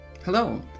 Hello